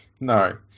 no